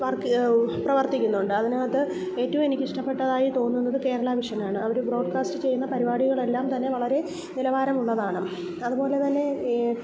work പ്രവർത്തിക്കുന്നുണ്ട് അതിനകത്ത് ഏറ്റോം എനിക്ക് ഇഷ്ട്ടപ്പെട്ടതായി തോന്നുന്നത് കേരളാവിഷനാണ് അവർ ബ്രോഡ്കാസ്റ്റ് ചെയ്യുന്ന പരിപാടികളെല്ലാംതന്നെ വളരെ നിലവാരമുള്ളതാണ് അതുപോലെ തന്നെ